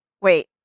Wait